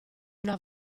una